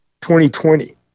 2020